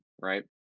right